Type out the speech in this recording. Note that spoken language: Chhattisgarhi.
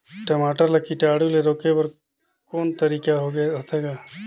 टमाटर ला कीटाणु ले रोके बर को तरीका होथे ग?